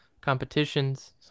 competitions